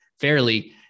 fairly